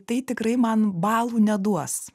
tai tikrai man balų neduos